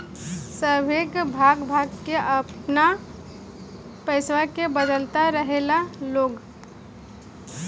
सभे भाग भाग के आपन पइसवा के बदलत रहेला लोग